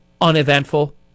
uneventful